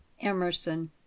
emerson